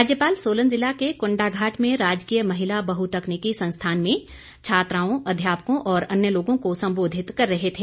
राज्यपाल सोलन जिला के कंडाघाट में राजकीय महिला बहु तकनीकी संस्थान में छात्राओं अध्यापकों और अन्य लोगों को संबोधित कर रहे थे